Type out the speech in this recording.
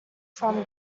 from